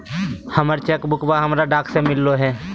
हमर चेक बुकवा हमरा डाक से मिललो हे